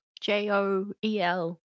J-O-E-L